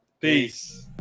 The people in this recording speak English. Peace